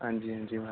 हांजी हांजी माराज